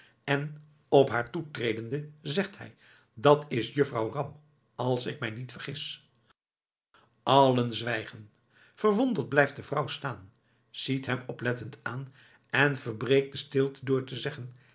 en op haar toetredende zegt hij dat is juffrouw ram als ik mij niet vergis allen zwijgen verwonderd blijft de vrouw staan ziet hem oplettend aan en verbreekt de stilte door te zeggen